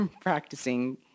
practicing